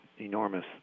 enormous